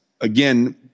Again